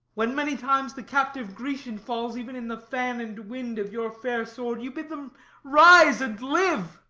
when many times the captive grecian falls, even in the fan and wind of your fair sword, you bid them rise and live.